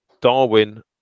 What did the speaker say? Darwin